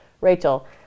Rachel